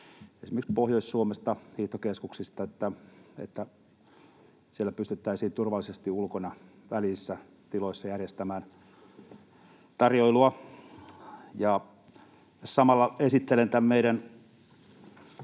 esimerkiksi Pohjois-Suomesta, hiihtokeskuksista, että siellä pystyttäisiin turvallisesti ulkona väljissä tiloissa järjestämään tarjoilua. Tässä samalla esittelen tämän meidän